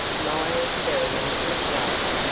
miles berryman inquired.